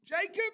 Jacob